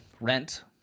rent